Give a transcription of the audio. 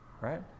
right